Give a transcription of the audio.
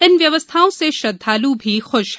इन व्यवस्थाओं से श्रद्वालु भी खुश हैं